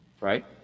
right